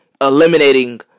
eliminating